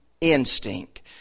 instinct